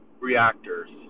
reactors